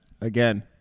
again